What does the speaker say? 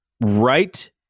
right